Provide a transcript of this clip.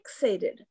fixated